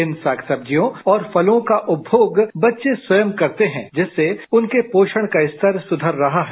इन साग सब्जियों और फलों का उपमोग बच्चे स्वयं करते हैं जिससे उनके पोषण का स्तर सुधर रहा है